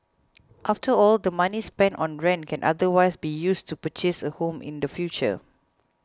after all the money spent on rent can otherwise be used to purchase a home in the future